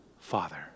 Father